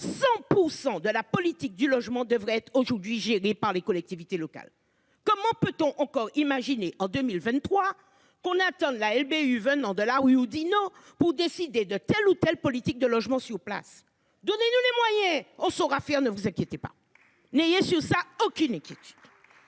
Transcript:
100% de la politique du logement devrait être aujourd'hui j'ai des par les collectivités locales. Comment peut-on encore imaginer en 2023 qu'on attende la LBU venant de la rue Oudinot pour décider de telle ou telle politique de logement sur place. Donnez-nous les moyens. On saura faire, ne vous inquiétez pas. N'ayez sur ça. Aucune équipe.